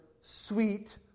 sweet